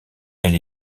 elle